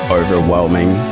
overwhelming